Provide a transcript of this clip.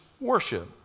worship